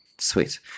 Sweet